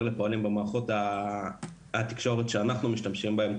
לפועלים במערכות התקשורת שאנחנו משתמשים בהן,